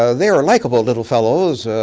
ah they're ah likeable little fellows.